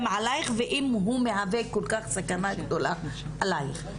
עלייך ואם הוא מהווה סכנה כל כך גדולה עלייך,